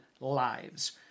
lives